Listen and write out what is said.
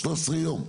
13 ימים,